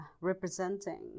representing